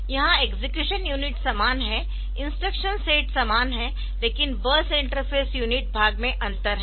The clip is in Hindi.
यहां एक्सेक्यूशन यूनिट समान है इंस्ट्रक्शन सेट समान है लेकिन बस इंटरफ़ेस यूनिट भाग में अंतर है